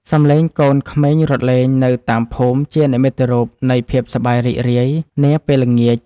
សំឡេងកូនក្មេងរត់លេងនៅតាមភូមិជានិមិត្តរូបនៃភាពសប្បាយរីករាយនាពេលល្ងាច។